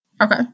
Okay